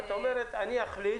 את אומרת אני אחליט,